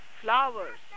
flowers